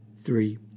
Three